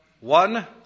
one